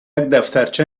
دفترچه